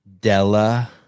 Della –